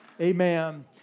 Amen